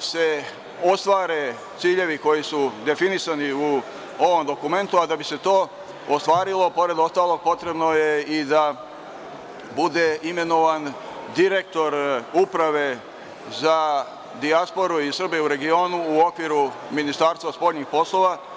se ostvare ciljevi koji su definisani u ovomdokumentu, a da bi se to ostvarilo, pored ostalog, potrebno je i da bude imenovan direktor Uprave za dijasporu i Srbe u regionu u okviru Ministarstva spoljnih poslova.